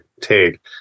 take